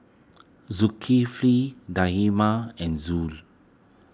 Zulkifli and Zul